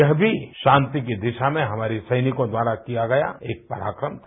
यह भी शांति की दिशा में हमारे सैनिकों द्वारा किया गया एक पराक्रम था